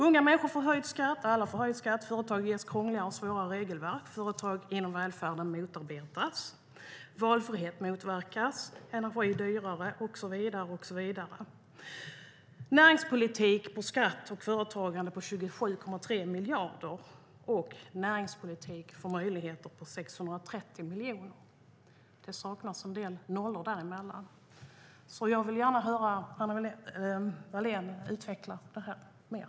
Alla människor, inklusive unga, får höjd skatt, företag ges krångligare och svårare regelverk, företag i välfärden motarbetas, valfrihet motverkas, energi blir dyrare och så vidare. Det blir 27,3 miljarder i skatt på företagande medan näringspolitiken får 630 miljoner. Det saknas en del nollor däremellan. Jag vill gärna höra Anna Wallén utveckla detta.